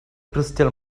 crystal